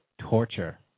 torture